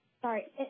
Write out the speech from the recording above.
Sorry